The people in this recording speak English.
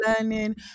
learning